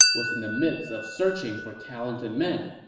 was in the midst of searching for talented men.